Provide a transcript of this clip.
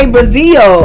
Brazil